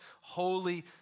holy